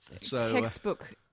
Textbook